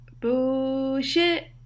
Bullshit